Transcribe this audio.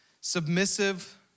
submissive